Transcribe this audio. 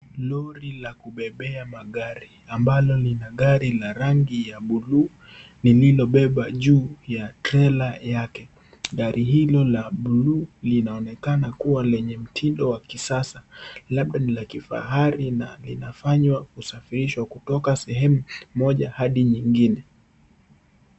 Lori la kubebea magari ambalo lina gari la rangi ya buluu lililobeba juu ya trela yake. Gari hilo la buluu linaonekana kuwa lenye mtindo ya kisasa labda ni la kifahari na linafanywa kusafirishwa kutoka sehemu moja hadi nyingine.